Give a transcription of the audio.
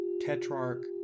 tetrarch